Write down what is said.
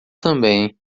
também